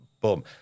Boom